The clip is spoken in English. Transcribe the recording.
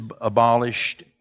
abolished